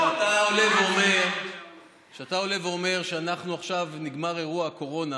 כשאתה עולה ואומר שעכשיו נגמר אירוע הקורונה,